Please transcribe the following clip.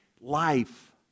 life